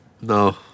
No